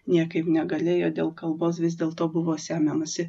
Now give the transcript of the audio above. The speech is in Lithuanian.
niekaip negalėjo dėl kalbos vis dėlto buvo semiamasi